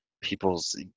people's